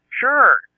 sure